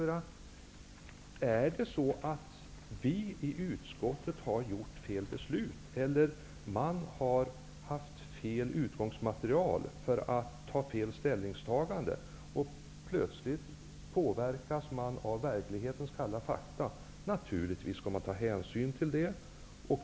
Har man i utskottet fattat fel beslut, haft fel utgångsmaterial eller gjort fel ställningstagande och plötsligt påverkas av verklighetens kalla fakta, då måste man naturligtvis ta hänsyn till detta.